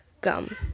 gum